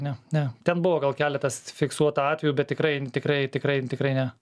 ne ne ten buvo gal keletas fiksuota atvejų bet tikrai tikrai tikrai tikrai ne